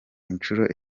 inshuro